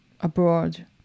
abroad